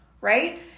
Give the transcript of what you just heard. Right